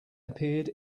appeared